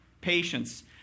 patience